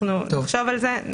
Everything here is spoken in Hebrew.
אנחנו נחשוב על זה,